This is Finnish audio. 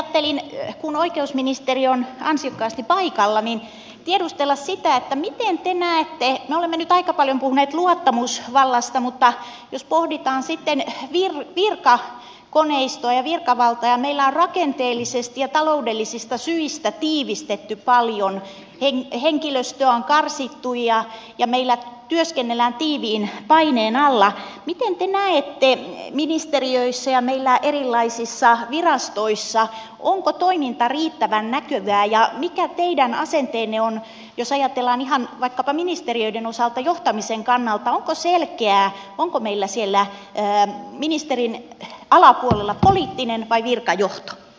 ajattelin kun oikeusministeri on ansiokkaasti paikalla tiedustella sitä että kun me olemme nyt aika paljon puhuneet luottamusvallasta niin jos pohditaan sitten virkakoneistoa ja virkavaltaa ja meillä on rakenteellisesti ja taloudellisista syistä tiivistetty paljon henkilöstöä on karsittu ja meillä työskennellään tiiviin paineen alla niin miten te näette onko ministeriöissä ja meillä erilaisissa virastoissa toiminta riittävän näkyvää ja mikä teidän asenteenne on jos ajatellaan ihan vaikkapa ministeriöiden osalta johtamisen kannalta onko selkeää onko meillä siellä ministerin alapuolella poliittinen vai virkajohto